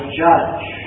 judge